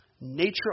nature